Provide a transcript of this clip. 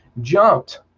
jumped